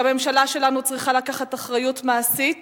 שהממשלה שלנו צריכה לקחת אחריות מעשית